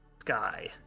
sky